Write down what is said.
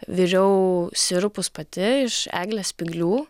viriau sirupus pati iš eglės spyglių